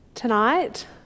Tonight